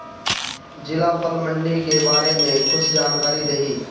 जिला फल मंडी के बारे में कुछ जानकारी देहीं?